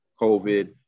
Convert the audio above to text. COVID